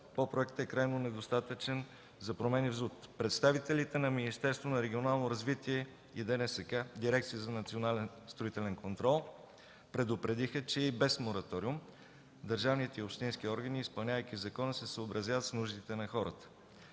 по проекта е крайно недостатъчен за промени в ЗУТ. Представителите на Министерството на регионалното развитие и благоустройството и Дирекцията за национален строителен контрол предупредиха, че и без мораториум държавните и общински органи, изпълнявайки закона, се съобразяват с нуждите на хората.